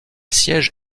siège